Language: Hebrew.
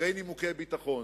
מאחורי נימוקי ביטחון.